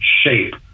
shape